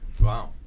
Wow